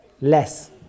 Less